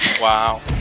Wow